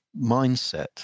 mindset